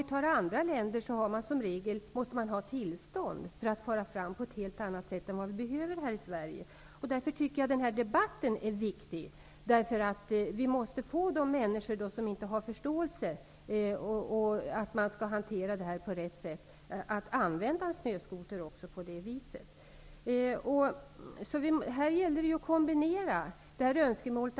I andra länder måste man i regel ha ett tillstånd för att fara fram, på ett helt annat sätt än vad vi behöver här i Sverige. Jag tycker därför att denna debatt är viktig. Vi måste få de människor som inte har förståelse för det här att använda en snöskoter på rätt sätt. Det gäller att kombinera önskemålen.